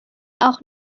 auch